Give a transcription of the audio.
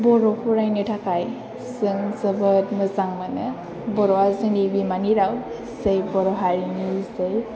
बर' फरायनो थाखाय जों जोबोर मोजां मोनो बर'आ जोंनि बिमानि राव जै बर' हारिनि जै